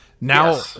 Now